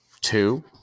Two